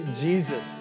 Jesus